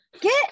Get